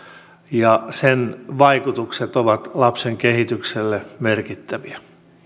ja sen vaikutukset ovat lapsen kehitykselle merkittäviä